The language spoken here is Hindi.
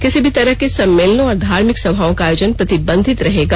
किसी भी तरह के सम्मेलनों और धार्मिक सभाओं का आयोजन प्रतिबंधित रहेगा